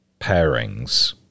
pairings